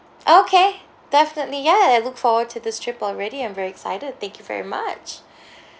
okay definitely ya I look forward to this trip already I'm very excited thank you very much